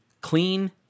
clean